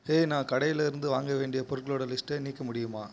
ஹே நான் கடையில் இருந்து வாங்க வேண்டிய பொருட்களோடய லிஸ்ட்டை நீக்க முடியுமா